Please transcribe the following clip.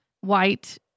white